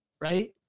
right